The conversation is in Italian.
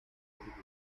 pubblici